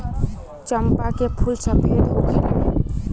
चंपा के फूल सफेद होखेला